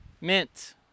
mint